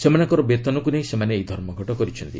ସେମାନଙ୍କର ବେତନକୁ ନେଇ ସେମାନେ ଏହି ଧର୍ମଘଟ କରିଛନ୍ତି